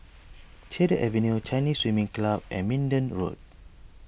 Cedar Avenue Chinese Swimming Club and Minden Road